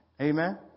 Amen